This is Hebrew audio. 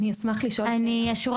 השורה